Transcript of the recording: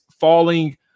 Falling